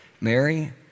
Mary